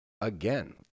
again